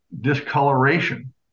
discoloration